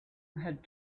had